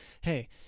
Hey